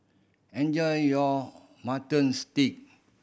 enjoy your Mutton Stew